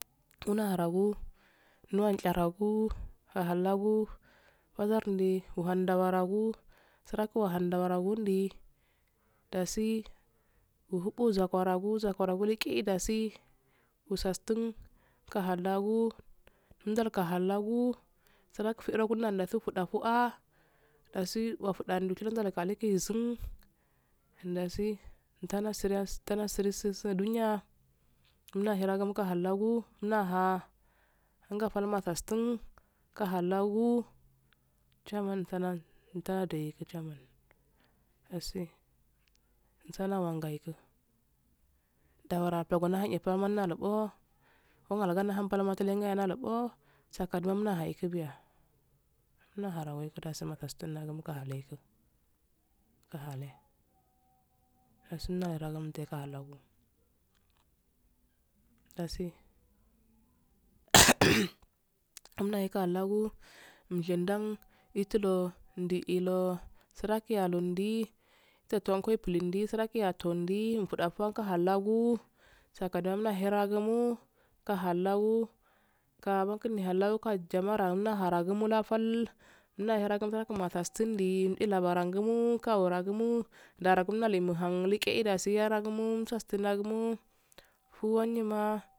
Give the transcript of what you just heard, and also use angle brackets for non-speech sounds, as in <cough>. Tuna ragu nuwan tcharagu ahal lagu wazar ndi wuhan ndabaragu saragi hohan dabu suragi wohan darabu di dasi wuh ubu wuhan zarabu zarabu wuki dasi wusastu kahalagu mdakaltia ilagu surugi fero wufoda fu aa dasi gofuda noshil wuli da zun an dasi ntara nasili li duniyga nahira gi muka hallagu naha nga falmasta tun muka hallagu chamman sannan nda doye chamna dasi nzana wangai gu dawara dogoye nahun ye nahebo homalu guna yemalu bo sakihe ma muna haikubiya muna hai weido dasi munas tuma gi muga halegu dasi muna kai halagu mji dan hifilo ndu yillo suraki alundi pulondi suraki attondi <unintelligible> fuda faka hallagu sakathemu ma mukdaher lagu muka hallagu ka abunkunne hallagu ka jamaraha nhil harayu mulnal ifalna her gumasta furdi illa baragumu wuka woragumu ndara gumnal lil muhan likkeyi dasi yaragumu muffa sumu fuwu wanyi ma.